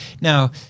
now